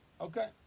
Okay